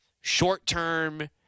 short-term